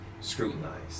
scrutinized